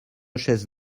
chaises